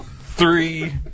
three